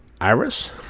Iris